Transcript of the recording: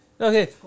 Okay